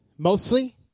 Mostly